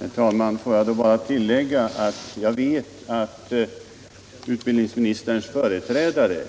Herr talman! Låt mig då bara tillägga att jag vet att utbildningsministerns företrädare